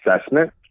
assessment